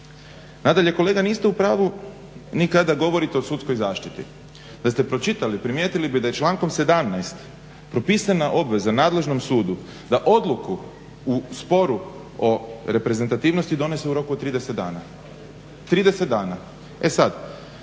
Nadalje, kolega niste u pravu ni kada govorite o sudskoj zaštiti. Da ste pročitali primijetili bi da je člankom 17. propisana obveza nadležnom sudu da odluku u sporu o reprezentativnosti donose u roku od 30 dana. E sad,